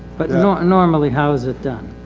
but. normally how is it done.